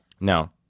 No